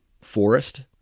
forest